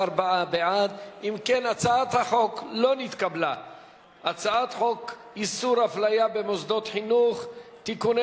ההצעה להסיר מסדר-היום את הצעת חוק הסניגוריה הציבורית (תיקון,